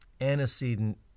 antecedent